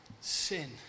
sin